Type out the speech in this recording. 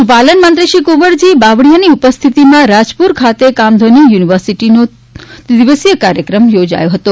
પશુપાલન મંત્રી શ્રી કુંવરજી બાવળીયાની ઉપસ્થિતિમાં રાજપુર ખાતે કામધેનુ યુનિવર્સિટીનો ત્રિવિધ કાર્યક્રમ યોજાયો હતો